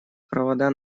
провода